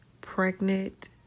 pregnant